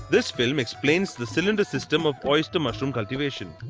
this but lm explains the cylinder system of oyster mushroom cultivation.